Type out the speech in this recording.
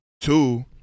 Two